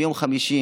ביום חמישי